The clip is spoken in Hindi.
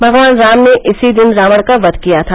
भगवान राम ने इसी दिन रावण का वध किया था